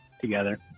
together